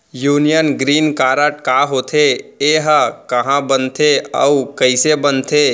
Union green card का होथे, एहा कहाँ बनथे अऊ कइसे बनथे?